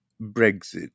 Brexit